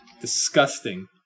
disgusting